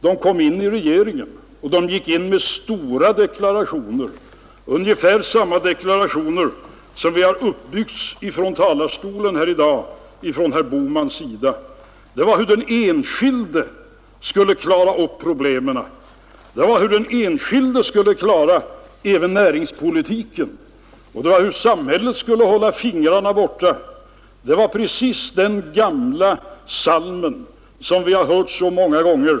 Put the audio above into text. Man kom in i regeringen, och man gick in med stora deklarationer — ungefär samma deklarationer som vi har uppbyggts med från talarstolen här i dag från herr Bohmans sida. Det var hur den enskilde skulle klara upp problemen, hur den enskilde skulle klara även näringspolitiken och hur samhället skulle hålla fingrarna borta. Det var precis den gamla psalmen som vi hört så många gånger.